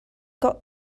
got